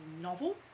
novel